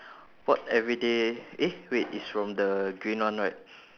what everyday eh wait it's from the green one right